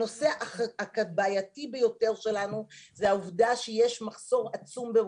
הנושא הבעייתי שלנו זה העובדה שיש מחסור עצום ברופאים.